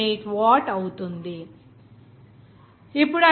98 watt అవుతుంది